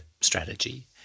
strategy